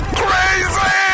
crazy